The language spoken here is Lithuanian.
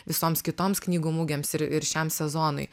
visoms kitoms knygų mugėms ir ir šiam sezonui